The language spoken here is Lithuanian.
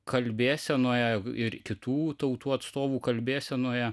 kalbėsenoje ir kitų tautų atstovų kalbėsenoje